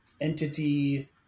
entity